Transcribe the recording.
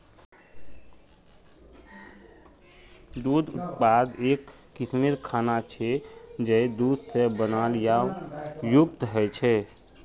दुग्ध उत्पाद एक किस्मेर खाना छे जये दूध से बनाल या युक्त ह छे